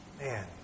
Man